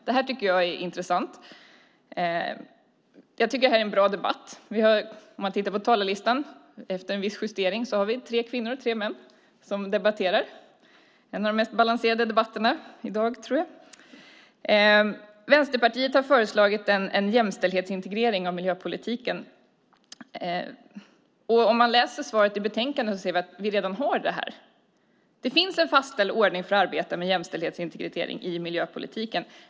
Det tycker jag är intressant. Jag tycker att det här är en bra debatt. På talarlistan har vi efter en viss justering tre kvinnor och tre män. Det är en av de mest balanserade debatterna i dag, tror jag. Vänsterpartiet har föreslagit en jämställdhetsintegrering av miljöpolitiken. Om vi läser svaret i betänkandet ser vi att vi redan har det här. Det finns en fastställd ordning för att arbeta med jämställdhetsintegrering i miljöpolitiken.